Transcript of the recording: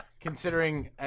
Considering